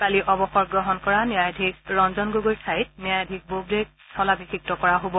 কালি অৱসৰ গ্ৰহণ কৰা ন্যায়াধীশ ৰঞ্জন গগৈৰ ঠাইত ন্যায়াধীশ বোবডেক স্থলাভিষিক্ত কৰা হ'ব